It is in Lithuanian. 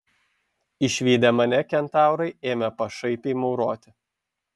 išvydę mane kentaurai ėmė pašaipiai mauroti